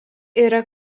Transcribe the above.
yra